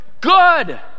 Good